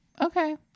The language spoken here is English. okay